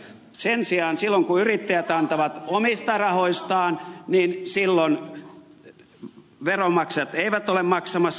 sen sijaan silloin kun yrittäjät antavat omista rahoistaan veronmaksajat eivät ole maksamassa